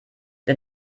der